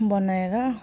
बनाएर